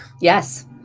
Yes